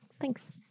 Thanks